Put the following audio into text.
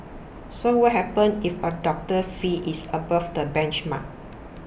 so what happens if a doctor's fee is above the benchmark